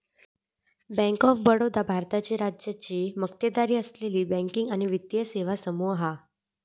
bank of Baroda भारताची राज्याची मक्तेदारी असलेली बँकिंग आणि वित्तीय सेवा समूह हा